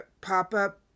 pop-up